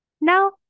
Now